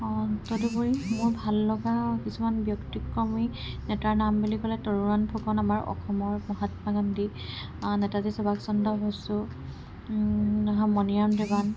তদুপৰি মোৰ ভাল লগা কিছুমান ব্যতিক্ৰমী নেতাৰ নাম বুলি ক'লে তৰুণৰাম ফুকন আমাৰ অসমৰ মহাত্মা গান্ধী নেতাজী সুভাষ চন্দ্ৰ বসু তাৰপাছত মণিৰাম দেৱান